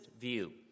view